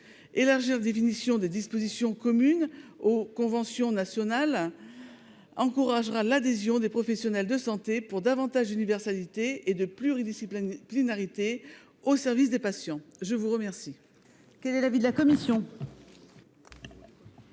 Élargir la définition des dispositions communes aux conventions nationales encouragera l'adhésion des professionnels de santé pour plus d'universalité et de pluridisciplinarité au service des patients. Quel